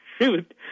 shoot